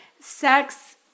sex